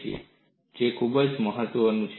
જુઓ આ ખૂબ મહત્વનું છે